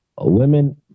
Women